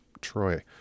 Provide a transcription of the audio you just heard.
Troy